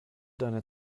deine